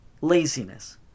laziness